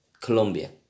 Colombia